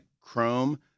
chrome